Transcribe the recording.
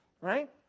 right